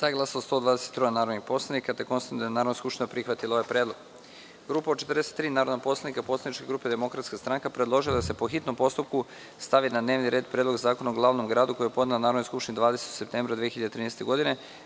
prisutnog 181 narodnog poslanika. Konstatujem da je Narodna skupština prihvatila ovaj predlog. Grupa od 43 narodna poslanika poslaničke grupe Demokratska stranka predložila je da se po hitnom postupku stavi na dnevni red Predlog zakona o glavnom gradu, koji je podnela Narodnoj skupštini 20. septembra 2013. godine